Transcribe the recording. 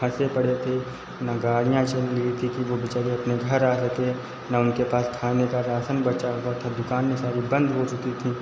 खाते पड़े थे ना गाड़ियां चल रही थी कि वो बेचारे अपने घर आ सकें ना उनके पास खाने का रासन बचा हुआ था दुकानें सारी बंद हो चुकी थी